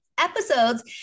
episodes